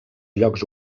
llocs